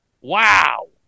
Wow